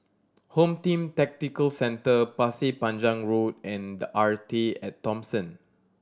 Home Team Tactical Centre Pasir Panjang Road and The Arte At Thomson